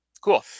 Cool